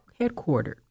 headquartered